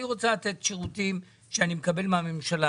אני רוצה לתת שירותים שאני מקבל מהממשלה,